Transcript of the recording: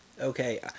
Okay